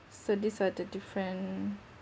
so these are the different